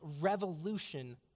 revolution